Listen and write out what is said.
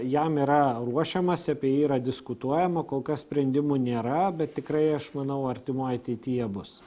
jam yra ruošiamasi apie jį yra diskutuojama kol kas sprendimų nėra bet tikrai aš manau artimoj ateity jie bus